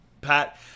Pat